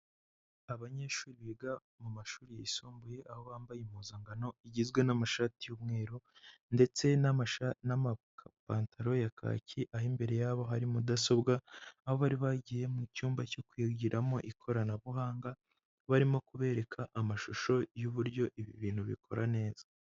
Abanyeshuri biga mu mashuri yisumbuye, aho bambaye impuzankano igizwe n'amashati y'umweru, ndetse n'amapantaro ya kacyi, aho imbere yabo hari mudasobwa, aho bari bagiye mu cyumba cyo kwigiramo ikoranabuhanga, barimo kubereka amashusho y'uburyo ibi bintu bikora neza.